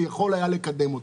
שהסרתו תוכל לקדם אותנו.